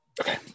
Okay